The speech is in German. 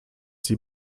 sie